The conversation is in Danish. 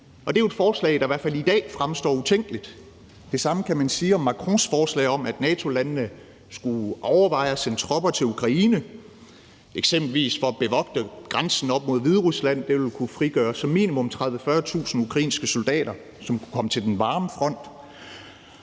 og det er jo et forslag, der hvert fald i dag fremstår utænkeligt. Kl. 14:51 Det samme kan man sige om Macrons forslag om, at NATO-landene skulle overveje at sende tropper til Ukraine, eksempelvis for at bevogte grænsen op mod Hviderusland. Det ville kunne frigøre minimum 30-40.000 ukrainske soldater, som kunne komme til den varme front.